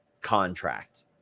contract